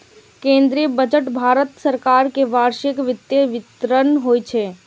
केंद्रीय बजट भारत सरकार के वार्षिक वित्तीय विवरण होइ छै